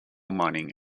mining